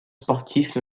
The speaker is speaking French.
sportif